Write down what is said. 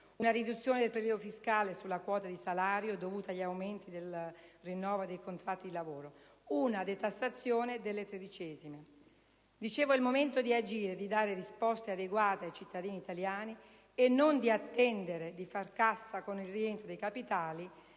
una riduzione del prelievo fiscale sulla quota di salario dovuta agli aumenti del rinnovo dei contratti di lavoro, una detassazione delle tredicesime È il momento di agire, di dare risposte adeguate ai cittadini italiani, e non di attendere di fare cassa con il rientro dei capitali